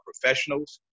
professionals